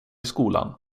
skolan